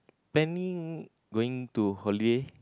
planning going to holiday